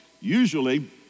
Usually